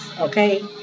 Okay